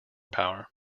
power